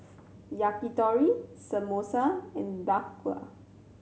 Yakitori Samosa and Dhokla